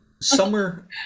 summer